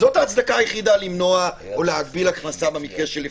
זאת ההצדקה היחידה למנוע או להגביל הכנסה של אלכוהול,